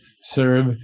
serve